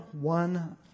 one